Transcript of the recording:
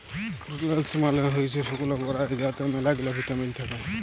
প্রুলেস মালে হইসে শুকল বরাই যাতে ম্যালাগিলা ভিটামিল থাক্যে